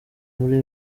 muri